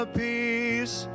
peace